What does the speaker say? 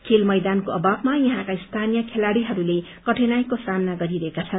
खेल मैदानको अमावमा यहाँका स्थानी खेलाडीहरूले कठिनाईको सामना गरिरहेका छन्